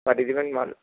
পাঠিয়ে দেবেন মাল